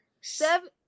seven